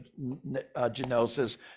genosis